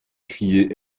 crier